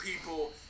people